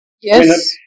Yes